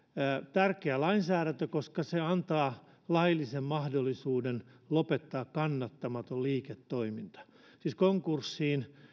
tärkeä lainsäädäntö koska se antaa laillisen mahdollisuuden lopettaa kannattamaton liiketoiminta siis konkurssiin